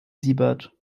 siebert